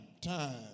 time